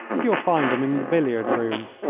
you will find him in the billiard-room.